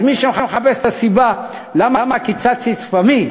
אז מי שמחפש את הסיבה, למה קיצצתי את שפמי,